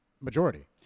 majority